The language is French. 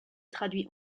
traduit